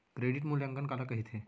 Credit मूल्यांकन काला कहिथे?